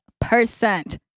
percent